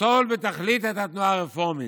לפסול בתכלית את התנועה הרפורמית,